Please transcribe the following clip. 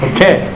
Okay